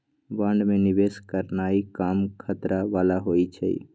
bond में निवेश करनाइ कम खतरा बला होइ छइ